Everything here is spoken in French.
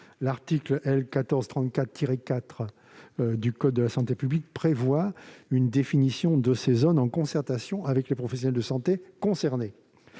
L'article L. 1434-4 du code de la santé publique prévoit une définition de ces zones en concertation avec les professionnels de santé concernés.